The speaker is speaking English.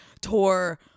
tour